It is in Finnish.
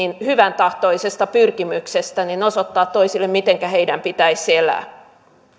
hyväntahtoisesta pyrkimyksestä osoittaa toisille miten heidän pitäisi elää